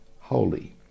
holy